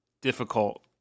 difficult